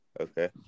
Okay